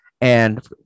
and-